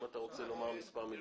אם אתה רוצה לומר משהו,